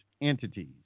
entities